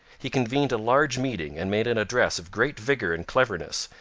he convened a large meeting and made an address of great vigour and cleverness,